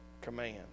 command